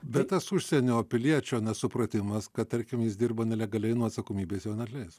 bet tas užsienio piliečio nesupratimas kad tarkim jis dirba nelegaliai nuo atsakomybės jo neatleis